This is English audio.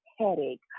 headache